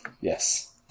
Yes